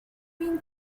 been